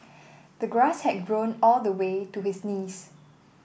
the grass had grown all the way to his knees